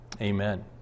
Amen